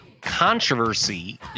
controversy